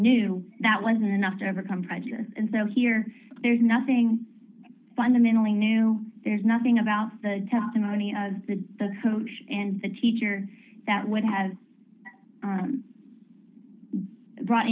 new that wasn't enough to overcome prejudice and so here there's nothing fundamentally new there's nothing about the testimony of the coach and the teacher that would have brought